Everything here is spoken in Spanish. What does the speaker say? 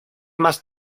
más